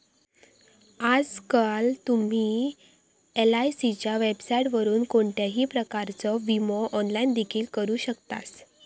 आजकाल तुम्ही एलआयसीच्या वेबसाइटवरून कोणत्याही प्रकारचो विमो ऑनलाइन देखील करू शकतास